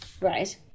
Right